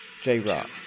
J-Rock